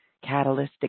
catalytic